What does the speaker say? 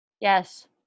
Yes